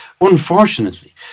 Unfortunately